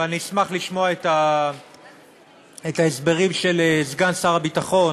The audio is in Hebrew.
ואני אשמח לשמוע את ההסברים של סגן שר הביטחון